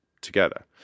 together